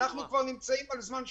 אנחנו נמצאים על זמן שאול.